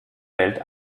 welt